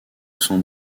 son